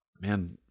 man